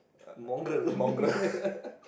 mongrel